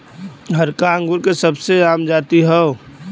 हरका अंगूर के सबसे आम जाति हौ